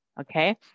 Okay